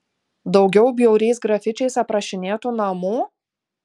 daugiau bjauriais grafičiais aprašinėtų namų